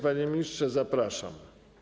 Panie ministrze, zapraszam.